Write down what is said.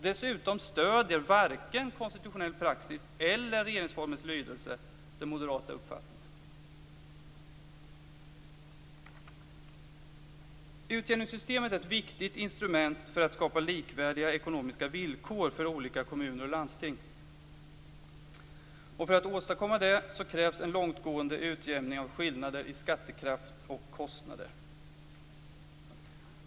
Dessutom stöder varken konstitutionell praxis eller regeringsformens lydelse den moderata uppfattningen. Utjämningssystemet är ett viktigt instrument för att skapa likvärdiga ekonomiska villkor för olika kommuner och landsting. För att åstadkomma detta krävs en långtgående utjämning av skillnader i skattekraft och kostnader.